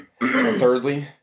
Thirdly